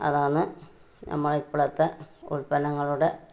അതാണ് നമ്മളുടെ ഇപ്പോഴത്തെ ഉല്പന്നങ്ങളുടെ